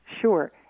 Sure